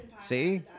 See